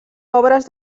obres